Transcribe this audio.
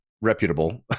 reputable